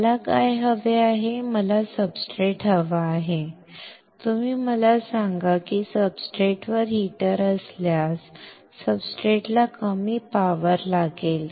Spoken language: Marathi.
मला काय हवे आहे मला सब्सट्रेट हवा आहे तुम्ही मला सांगा किंवा सब्सट्रेटवर हीटर असल्यास सब्सट्रेटला कमी पॉवर लागेल